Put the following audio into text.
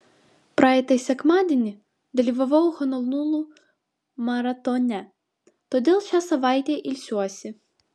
praeitą sekmadienį dalyvavau honolulu maratone todėl šią savaitę ilsiuosi